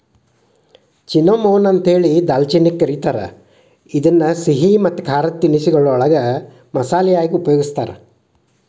cinnamon ಅಂತೇಳಿ ದಾಲ್ಚಿನ್ನಿಗೆ ಕರೇತಾರ, ಇದನ್ನ ಸಿಹಿ ಮತ್ತ ಖಾರದ ತಿನಿಸಗಳಲ್ಲಿ ಮಸಾಲಿ ಯಾಗಿ ಉಪಯೋಗಸ್ತಾರ